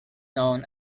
known